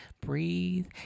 Breathe